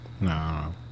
No